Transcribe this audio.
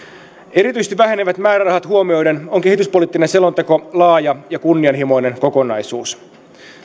erityisesti vähenevät määrärahat huomioiden on kehityspoliittinen selonteko laaja ja kunnianhimoinen kokonaisuus